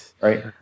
Right